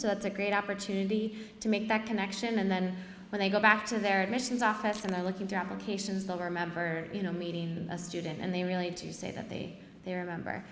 so that's a great opportunity to make that connection and then when they go back to their admissions office and i look into applications they'll remember you know meeting a student and they really do say that they they remember